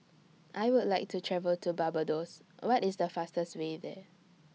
I Would like to travel to Barbados What IS The fastest Way There